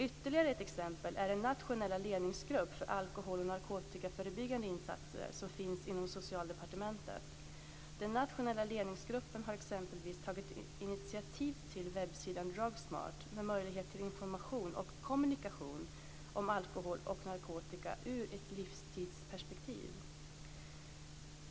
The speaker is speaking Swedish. Ytterligare ett exempel är den nationella ledningsgrupp för alkohol och narkotikaförebyggande insatser som finns inom Socialdepartementet. Den nationella ledningsgruppen har exempelvis tagit initiativ till webbsidan Drugsmart med möjlighet till information och kommunikation om alkohol och narkotika ur ett livsstilsperspektiv.